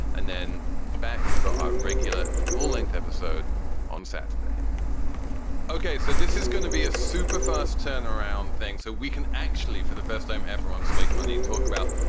and then back for our regular full length episode on saturday ok. so this is going to be a super fast turn around things so we can actually for the first time everyone sleep money. talk about,